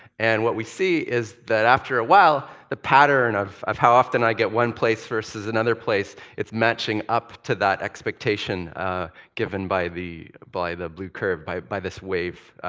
and what we see is that after a while, the pattern of of how often i get one place versus another place, it's matching up to that expectation given by the by the blue curve, by by this wave,